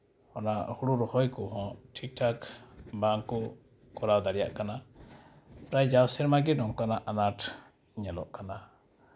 ᱚᱱᱟ ᱦᱳᱲᱳ ᱨᱚᱦᱚᱭ ᱠᱚᱦᱚᱸ ᱴᱷᱤᱠ ᱴᱷᱟᱠ ᱵᱟᱝ ᱠᱚ ᱠᱚᱨᱟᱣ ᱫᱟᱲᱮᱭᱟᱜ ᱠᱟᱱᱟ ᱯᱨᱟᱭ ᱡᱟᱣ ᱥᱮᱨᱢᱟᱜᱮ ᱱᱚᱝᱠᱟᱱᱟᱜ ᱟᱱᱟᱴ ᱧᱮᱞᱚᱜ ᱠᱟᱱᱟ